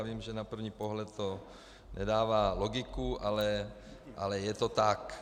Vím, že na první pohled to nedává logiku, ale je to tak.